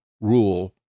rule